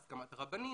בהסכמת הרבנים,